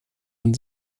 man